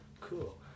Cool